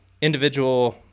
individual